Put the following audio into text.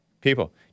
people